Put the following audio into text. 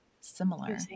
similar